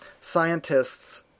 scientists